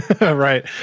right